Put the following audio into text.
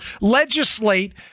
legislate